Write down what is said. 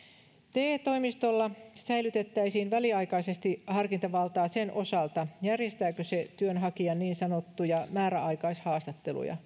te toimistolla säilytettäisiin väliaikaisesti harkintavaltaa sen osalta järjestääkö se työnhakijan niin sanottuja määräaikaishaastatteluja